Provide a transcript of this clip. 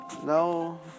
No